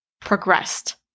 progressed